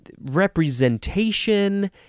Representation